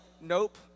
nope